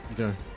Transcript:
Okay